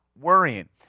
worrying